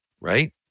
Right